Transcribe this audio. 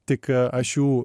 tik aš jų